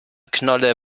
knolle